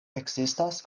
ekzistas